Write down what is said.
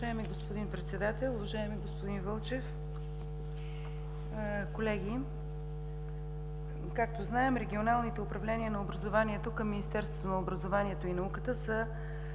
Уважаеми господин Председател, уважаеми господин Вълчев, колеги! Както знаем, регионалните управления на образованието към Министерството на образованието и науката са